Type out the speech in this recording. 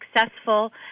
successful